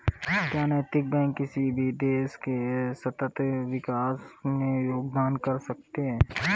क्या नैतिक बैंक किसी भी देश के सतत विकास में योगदान कर सकते हैं?